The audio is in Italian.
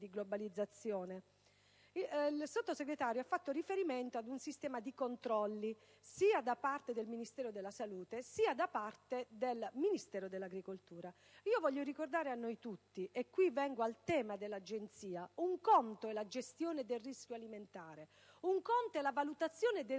La Sottosegretario ha fatto riferimento ad un sistema di controlli, sia da parte del Ministero della salute sia da parte del Ministero dell'agricoltura. Voglio ricordare a noi tutti - e vengo al tema dell'Agenzia - che un conto è la gestione del rischio alimentare, un altro è la valutazione del rischio alimentare.